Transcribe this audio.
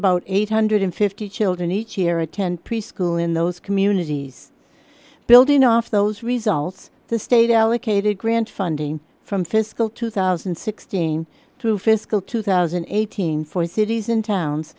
about eight hundred and fifty dollars children each year attend preschool in those communities building off those results the state allocated grant funding from fiscal two thousand and sixteen through fiscal two thousand eight hundred for cities and towns